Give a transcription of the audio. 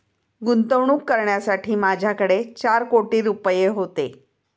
गुंतवणूक करण्यासाठी माझ्याकडे चार कोटी रुपये होते